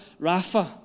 Rapha